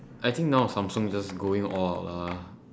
I think now samsung just going all out lah